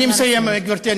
אני מסיים, גברתי.